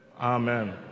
Amen